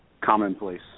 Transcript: commonplace